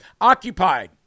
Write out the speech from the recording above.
occupied